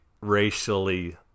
racially